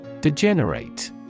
Degenerate